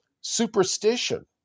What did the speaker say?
superstition